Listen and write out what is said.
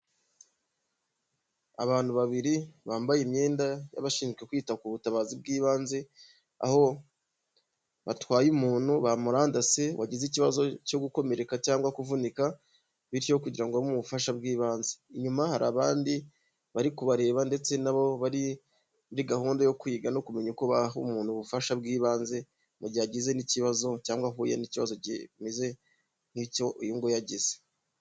Abantu babiri bambaye imyenda y'abashinzwe kwita ku butabazi bw'ibanze ,aho batwaye umuntu bamurandase, wagize ikibazo cyo gukomereka cyangwa kuvunika bityo kugira ngo abe ubufasha bw'ibanze .Inyuma hari abandi bari kubareba ndetse nabo bari muri gahunda yo kwiga no kumenya uko baha umuntu ubufasha bw'ibanze, mu gihe agize n'ikibazo cyangwa ahuye n'ikibazo kimeze nk'icyo uyunguyu agize.